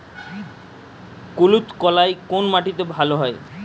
কুলত্থ কলাই কোন মাটিতে ভালো হয়?